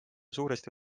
suuresti